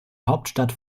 hauptstadt